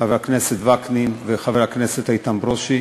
חבר הכנסת וקנין וחבר הכנסת איתן ברושי,